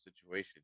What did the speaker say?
situation